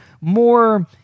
more